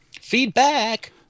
Feedback